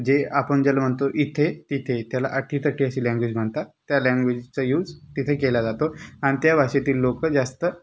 जे आपण ज्याला म्हणतो इथे तिथे त्याला अटीतटी अशी लँग्वेज म्हणतात त्या लँग्वेजचा यूज तिथे केल्या जातो आणि त्या भाषेतील लोक जास्त